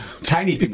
Tiny